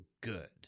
good